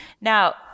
Now